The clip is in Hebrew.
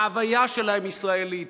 ההוויה שלהם היא ישראלית,